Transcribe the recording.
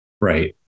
Right